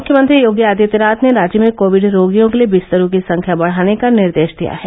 मुख्यमंत्री योगी आदित्यनाथ ने राज्य में कोविड रोगियों के लिए बिस्तरों की संख्या बढाने का निर्देश दिया है